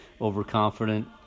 overconfident